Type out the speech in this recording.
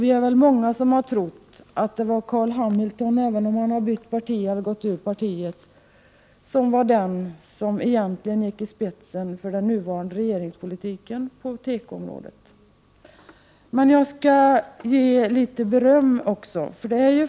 Vi är därför många som tror att det var Carl Hamilton, även om han numera har lämnat det socialdemokratiska partiet, som var den som egentligen gick i spetsen för den nuvarande regeringspolitiken på tekoområdet. Jag skall ge litet beröm också.